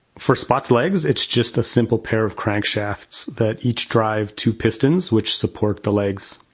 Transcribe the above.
for spot's legs it's just a simple pair of crank shafts that each drive two pistons, which support the legs.